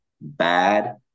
bad